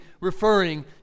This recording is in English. referring